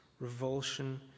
revulsion